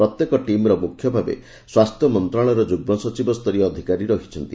ପ୍ରତ୍ୟେକ ଟିମ୍ର ମୁଖ୍ୟ ଭାବେ ସ୍ୱାସ୍ଥ୍ୟ ମନ୍ତ୍ରଣାଳୟର ଯୁଗ୍ମ ସଚିବ ସ୍ତରୀୟ ଅଧିକାରୀ ରହିଛନ୍ତି